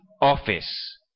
office